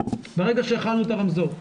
ברגע שהחלנו את הרמזור.